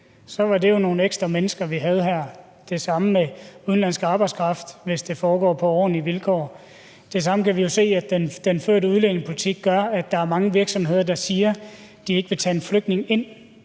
jo være nogle ekstra mennesker, vi havde her, og det samme gælder udenlandsk arbejdskraft, hvis det foregår på ordentlige vilkår. Vi kan jo se, at den førte udlændingepolitik gør, at der er mange virksomheder, der siger, at de ikke vil tage en flygtning ind